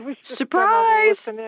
Surprise